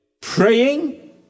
praying